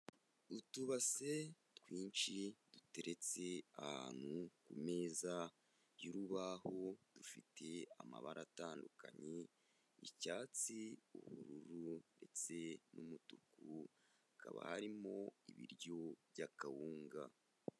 Utubase twinshi duteretse ahantu ku meza y'urubaho, dufite amabara atandukanye icyatsi, ubururu ndetse n'umutuku, hakaba harimo ibiryo by'akawunga.